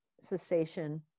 cessation